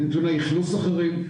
בנתוני איכלוס אחרים.